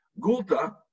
Gulta